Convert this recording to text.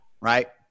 Right